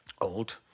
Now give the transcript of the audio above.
old